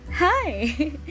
Hi